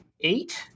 eight